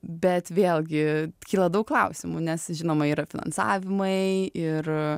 bet vėlgi kyla daug klausimų nes žinoma yra finansavimai ir